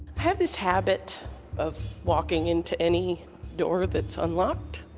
have this habit of walking into any door that's unlocked.